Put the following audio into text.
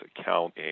account